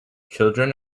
children